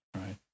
Right